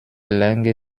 länge